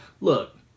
look